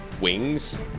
wings